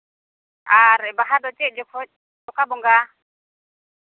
ᱟᱨ ᱵᱟᱦᱟ ᱫᱚ ᱪᱮᱫ ᱡᱚᱠᱷᱚᱱ ᱚᱠᱟ ᱵᱚᱸᱜᱟ